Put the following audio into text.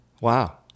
Wow